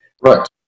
Right